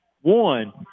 one